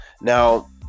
now